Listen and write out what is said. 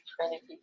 Trinity